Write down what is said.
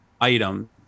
item